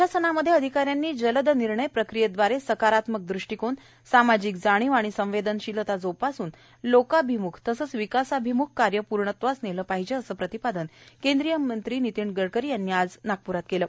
प्रशासनामध्ये अधिकाऱ्यांनी जलद निर्णय प्रक्रियेदवारे सकारात्मक दृष्टिकोन सामाजिक जाणीव व संवेदनशीलता जोपासून लोकाभिम्ख व विकासाभिम्ख कार्य पूर्णत्वास नेले पाहिजे असे प्रतिपादन केंद्रीय मंत्री नितिन गडकरी यांनी आज नागप्रात केले